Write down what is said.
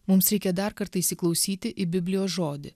mums reikia dar kartą įsiklausyti į biblijos žodį